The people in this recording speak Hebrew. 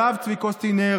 הרב צבי קוסטינר,